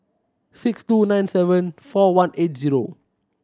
six two nine seven four one eight zero